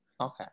okay